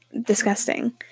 disgusting